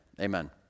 amen